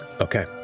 Okay